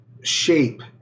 shape